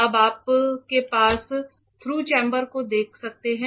अब आप pass through chamber को देख सकते हैं